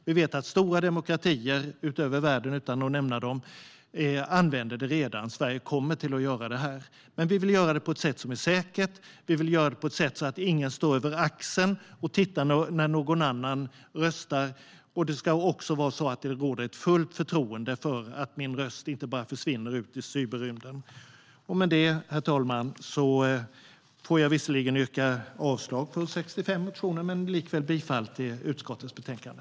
Vi vet att stora demokratier ute i världen, utan att nämna dem, redan använder elektronisk röstning. Sverige kommer att göra det. Men vi vill att det ska vara säkert, så att ingen står över axeln och tittar på när någon annan röstar. Det ska råda ett fullt förtroende för att min röst inte försvinner ut i cyberrymden. Herr talman! Jag yrkar visserligen avslag på 65 motioner men likväl bifall till förslaget i utskottets betänkande.